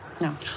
No